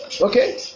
Okay